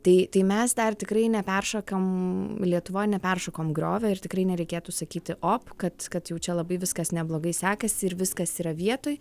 tai tai mes dar tikrai neperšokam lietuvoj neperšokom griovio ir tikrai nereikėtų sakyti op kad kad jau čia labai viskas neblogai sekasi ir viskas yra vietoj